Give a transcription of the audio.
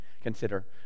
consider